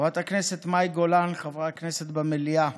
חברת הכנסת מאי גולן, חברי הכנסת במליאה,